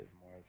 more